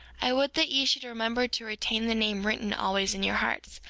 i would that ye should remember to retain the name written always in your hearts,